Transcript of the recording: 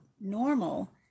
normal